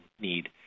need